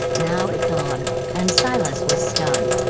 now it dawned, and silas was stunned.